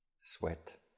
sweat